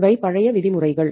இவை பழைய விதிமுறைகள்